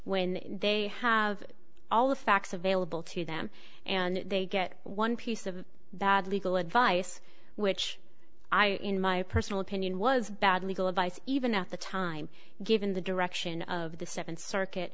when they have all the facts available to them and they get one piece of that legal advice which i in my personal opinion was bad legal advice even at the time given the direction of the seventh circuit